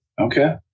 Okay